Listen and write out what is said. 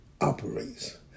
operates